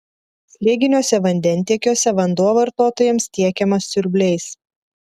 slėginiuose vandentiekiuose vanduo vartotojams tiekiamas siurbliais